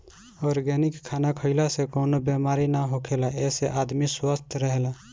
organic खाना खइला से कवनो बेमारी ना होखेला एसे आदमी स्वस्थ्य रहेला